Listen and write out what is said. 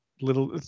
Little